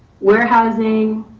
warehousing,